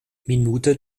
minute